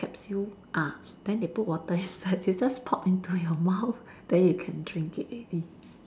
capsule ah then they put water inside they just pop into your mouth then you can drink it already